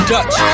Dutch